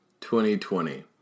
2020